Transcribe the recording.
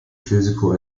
physical